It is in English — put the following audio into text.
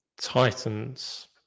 Titans